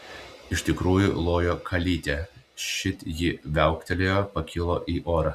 iš tikrųjų lojo kalytė šit ji viauktelėjo pakilo į orą